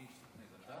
מי השתכנז?